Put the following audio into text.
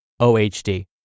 OHD